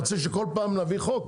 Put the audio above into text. אתה רוצה שכל פעם נעביר חוק?